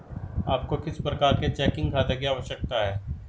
आपको किस प्रकार के चेकिंग खाते की आवश्यकता है?